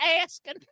asking